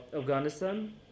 Afghanistan